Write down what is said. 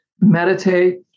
meditate